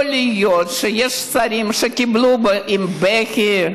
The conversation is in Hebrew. יכול להיות שיש שרים שקיבלו אותו עם בכי.